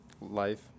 life